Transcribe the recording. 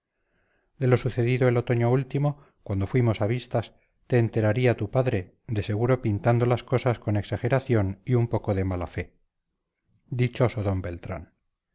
de lo sucedido el otoño último cuando fuimos a vistas te enteraría tu padre de seguro pintando las cosas con exageración y un poco de mala fe dichoso d beltrán